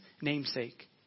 namesake